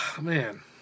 man